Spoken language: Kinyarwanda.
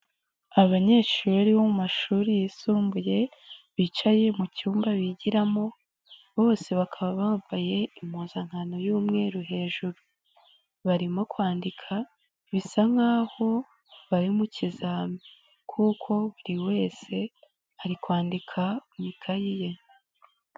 Abanyeshuri bo mu mashuri yisumbuye bicaye mu cyumba bigiramo bose bakaba bambaye impuzankano y'umweru hejuru. Barimo kwandika bisa nkaho bari mu kizami, kuko buri wese ari kwandika mu ikayi ye.